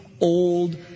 old